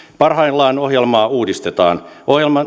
parhaillaan ohjelmaa uudistetaan